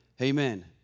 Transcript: Amen